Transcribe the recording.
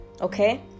Okay